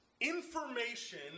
Information